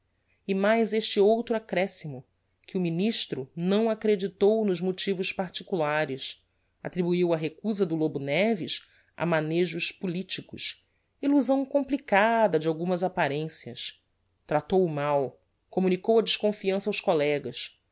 e mais este outro accrescimo que o ministro não acreditou nos motivos particulares attribuiu a recusa do lobo neves a manejos politicos illusão complicada de algumas apparencias tratou o mal communicou a desconfiança aos collegas